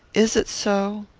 is it so?